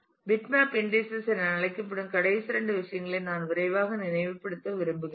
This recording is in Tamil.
பிட்மேப் இன்டீஸஸ் என அழைக்கப்படும் கடைசி இரண்டு விஷயங்களை நான் விரைவாக நினைவுபடுத்த விரும்புகிறேன்